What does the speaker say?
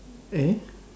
eh